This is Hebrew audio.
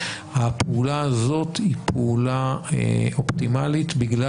הפעולה הזאת היא פעולה אופטימלית בגלל